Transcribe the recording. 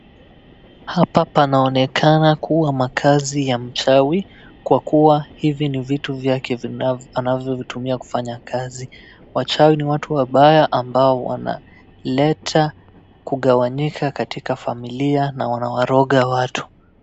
Hapa panaonekana kuwa makazi ya mchawi, kwa kuwa hivi ni vitu vyake anavyovitumia kufanya kazi. Wachawi ni watu wabaya ambao wanaleta kugawanyika katika familia na wanawaroga watu.